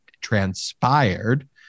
transpired